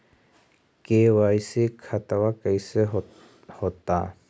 KYC खतबा कैसे होता?